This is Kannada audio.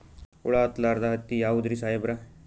ಹುಳ ಹತ್ತಲಾರ್ದ ಹತ್ತಿ ಯಾವುದ್ರಿ ಸಾಹೇಬರ?